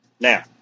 Now